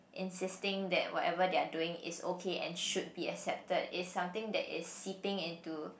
insisting that whatever their doing is okay and should be accepted is something that is sitting into